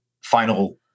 final